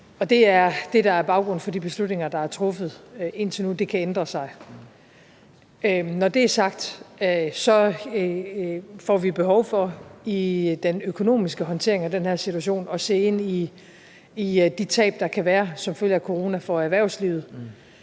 der er baggrunden for de beslutninger, der er truffet indtil nu. Det kan ændre sig. Når det er sagt, får vi behov for i den økonomiske håndtering af den her situation at se ind i de tab, der kan være for erhvervslivet